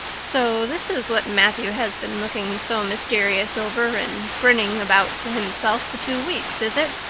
so this is what matthew has been looking so mysterious over and grinning about to himself for two weeks, is it?